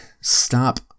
stop